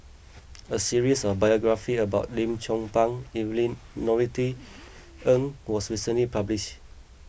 a series of biographies about Lim Chong Pang Evelyn Norothy Ng was recently published